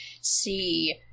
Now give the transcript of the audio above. see